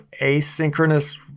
asynchronous